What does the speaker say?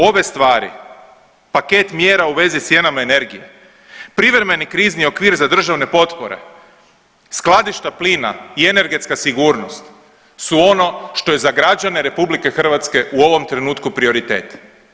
Ove stvari, paket mjera u vezi sa cijenama energije, privremeni krizni okvir za državne potpore, skladišta plina i energetska sigurnost su ono što je za građane Republike Hrvatske u ovom trenutku prioritet.